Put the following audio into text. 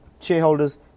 shareholders